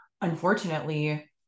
unfortunately